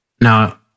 Now